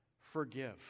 forgive